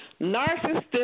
narcissistic